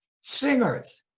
singers